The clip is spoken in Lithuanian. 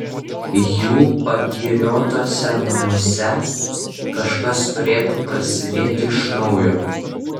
jų pagiriotuose namuose kažkas turėtų prasidėti iš naujo